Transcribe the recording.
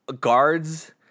guards